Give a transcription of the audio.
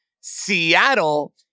Seattle